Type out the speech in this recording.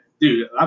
Dude